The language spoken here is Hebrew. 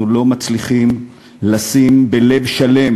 אנחנו לא מצליחים לשים בלב שלם